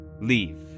leave